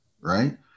right